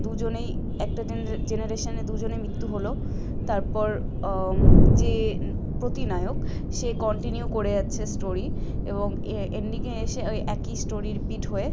দুজনেই একটা জেন জেনারেশানে দুজনে মৃত্যু হলো তারপর যে প্রতিনায়ক সে কন্টিনিউ করে যাচ্ছে স্টোরি এবং এন্ডিংয়ে এসে ওই একই স্টোরি রিপিট হয়ে